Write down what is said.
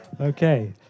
Okay